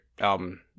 album